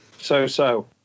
So-so